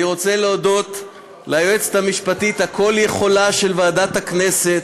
אני רוצה להודות ליועצת המשפטית הכל-יכולה של ועדת הכנסת,